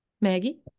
Maggie